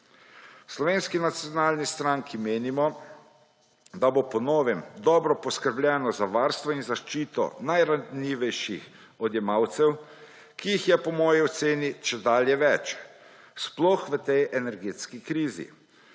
Slovenski nacionalni stranki menimo, da bo po novem dobro poskrbljeno za varstvo in zaščito najranljivejših odjemalcev, ki jih je po moji oceni čedalje več, sploh v tej energetski krizi,